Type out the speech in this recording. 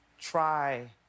try